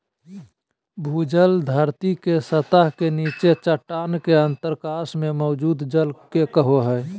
भूजल धरती के सतह के नीचे चट्टान के अंतरकाश में मौजूद जल के कहो हइ